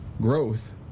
growth